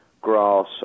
grass